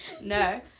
No